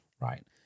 right